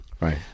Right